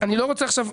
אני לא רוצה עכשיו,